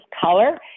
color